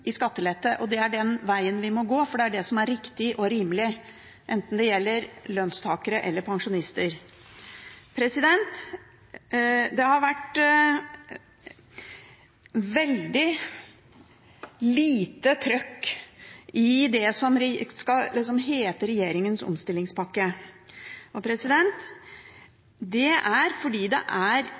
i skattelette. Det er den veien vi må gå, for det er det som er riktig og rimelig, enten det gjelder lønnstakere eller pensjonister. Det har vært veldig lite trøkk i det som liksom skal hete regjeringens omstillingspakke. Det er fordi det er